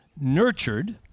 nurtured